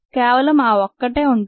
కేవలం ఆ ఒక్కటే ఉంటుంది